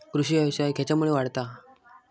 कृषीव्यवसाय खेच्यामुळे वाढता हा?